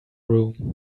room